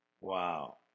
Wow